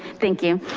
thank you.